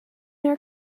your